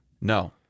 No